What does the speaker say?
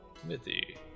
Smithy